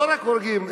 לא רק הורגים,